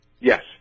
Yes